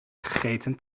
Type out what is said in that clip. gegeten